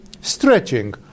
stretching